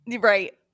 right